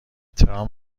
ترامپ